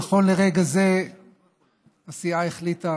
נכון לרגע זה הסיעה החליטה